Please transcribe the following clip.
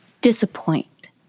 disappoint